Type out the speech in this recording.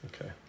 Okay